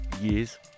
years